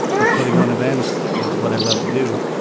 but putting on events is what i love to do.